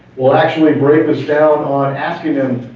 we'll actually break this down on asking them,